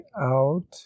out